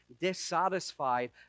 dissatisfied